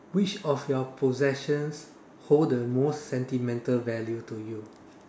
which of your possessions hold the most sentimental value to you